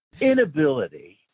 Inability